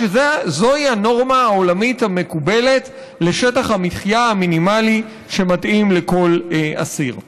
שזוהי הנורמה העולמית המקובלת לשטח המחיה המינימלי שמתאים לכל אסיר.